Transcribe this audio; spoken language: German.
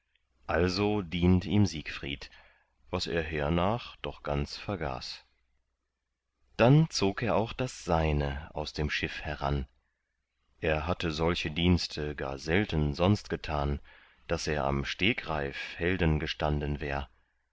also dient ihm siegfried was er hernach doch ganz vergaß dann zog er auch das seine aus dem schiff heran er hatte solche dienste gar selten sonst getan daß er am steigreif helden gestanden wär